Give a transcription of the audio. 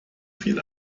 viel